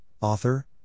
author